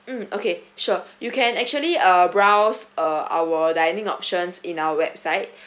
mm okay sure you can actually uh browse uh our dining options in our website